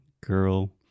girl